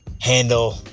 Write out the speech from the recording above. handle